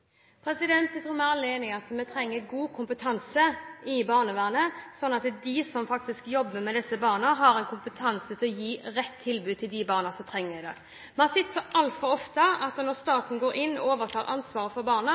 Jeg tror alle vi er enige om at vi trenger god kompetanse i barnevernet, slik at de som faktisk jobber med disse barna, har kompetanse til å gi rett tilbud til de barna som trenger det. Vi har sett så altfor ofte at når staten går inn og overtar ansvaret for barna,